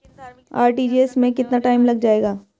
RTGS में कितना time लग जाएगा?